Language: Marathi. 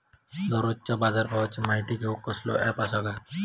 दररोजच्या बाजारभावाची माहिती घेऊक कसलो अँप आसा काय?